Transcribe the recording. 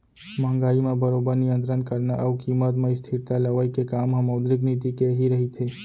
महंगाई म बरोबर नियंतरन करना अउ कीमत म स्थिरता लवई के काम ह मौद्रिक नीति के ही रहिथे